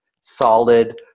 solid